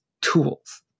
tools